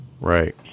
Right